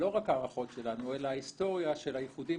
לא רק ההערכות שלנו אלא ההיסטוריה של האיחודים